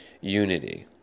unity